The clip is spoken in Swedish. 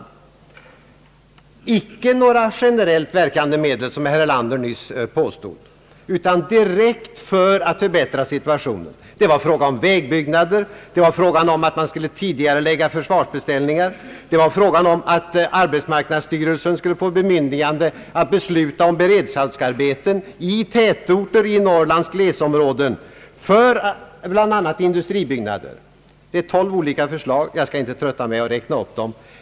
De gällde inte några generellt verkande medel utan syftade direkt till att förbättra sysselsättningen: det var fråga om vägbyggnader, vi ville att man skulle tidigarelägga försvarsbeställningar och att arbetsmarknadsstyrelsen skulle få bemyndigande att besluta om beredskapsarbeten i tätorter i Norrlands glesområden, bl.a. industribyggnader. Det är tolv olika förslag, och jag skall inte trötta med att räkna upp dem.